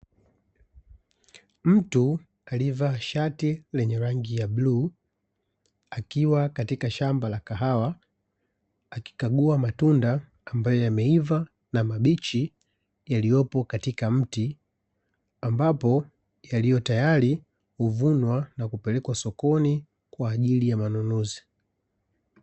Mtu aliyevaa shati lenye rangi ya bluu, akiwa katika shamba la kahawa, akikagua matunda ambayo yameiva na mabichi yaliyopo katika mti. Ambapo yaliyo tayari huvunwa na kupelekwa sokoni, kwa ajili ya manunuzi.